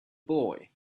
boy